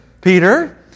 Peter